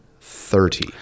Thirty